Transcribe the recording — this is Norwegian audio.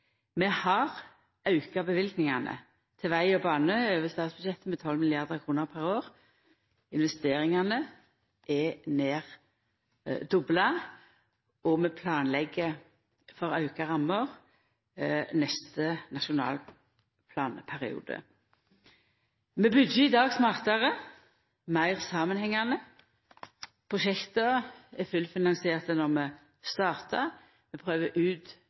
Vi har auka løyvingane til veg og bane over statsbudsjettet med 12 mrd. kr per år, investeringane er nær dobla, og vi planlegg for auka rammer i neste Nasjonal transportplan-periode. Vi byggjer i dag smartare, meir samanhengande. Prosjekt er fullfinansierte når vi startar. Vi prøver ut